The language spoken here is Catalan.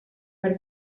per